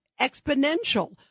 exponential